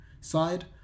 side